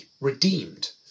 redeemed